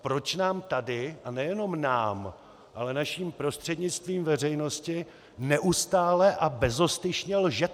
Proč nám tady a nejenom nám, ale naším prostřednictvím veřejnosti neustále a bezostyšně lžete?!